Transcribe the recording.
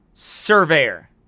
Surveyor